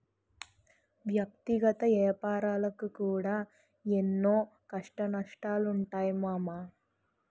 వ్యక్తిగత ఏపారాలకు కూడా ఎన్నో కష్టనష్టాలుంటయ్ మామా